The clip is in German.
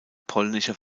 polnische